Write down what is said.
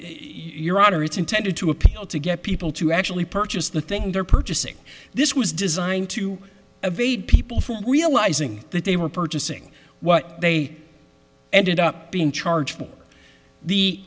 it's intended to appeal to get people to actually purchase the thing they're purchasing this was designed to evade people realizing that they were purchasing what they ended up being charged for the